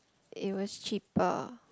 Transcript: it was cheaper